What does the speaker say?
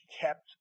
kept